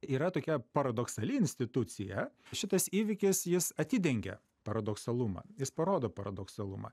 yra tokia paradoksali institucija šitas įvykis jis atidengia paradoksalumą jis parodo paradoksalumą